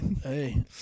Hey